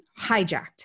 hijacked